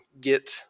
get